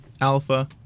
Alpha